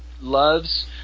loves